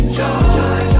joy